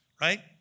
right